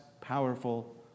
powerful